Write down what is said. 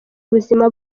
ubuzima